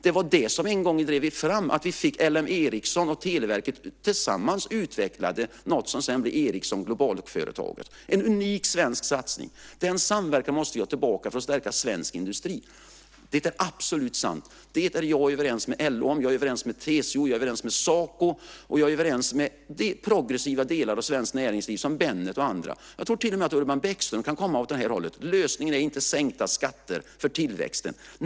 Det var det som en gång drev fram att vi fick LM Ericsson, och tillsammans med Televerket utvecklades globalföretaget Ericsson. Det var en unik svensk satsning. Sådan samverkan måste vi få tillbaka för att stärka svensk industri. Det är absolut sant. Jag är överens om detta med fackförbunden - LO, TCO, Saco - och med progressiva delar av svenskt näringsliv, som Bennet och andra. Jag tror till och med att Urban Bäckström kan ansluta sig till detta. Lösningen är inte sänkta skatter för tillväxten.